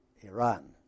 Iran